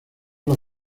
los